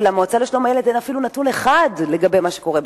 ולמועצה לשלום הילד אין אפילו נתון אחד לגבי מה שקורה בקיבוצים,